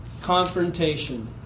confrontation